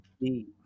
deep